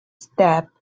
stab